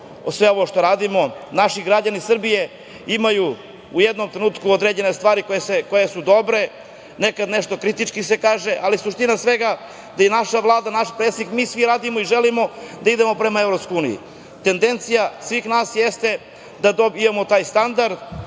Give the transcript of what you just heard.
sve ovo što radimo. Naši građani Srbije imaju u jednom trenutku određene stvari koje su dobre. Nekad nešto kritički se kaže, ali suština svega je da naša Vlada, naš predsednik i svi radimo i želimo da idemo prema EU.Tendencija svih nas jeste da dobijemo taj standard,